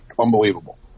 unbelievable